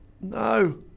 No